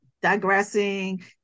digressing